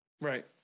Right